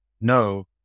no